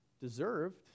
deserved